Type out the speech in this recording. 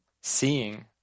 seeing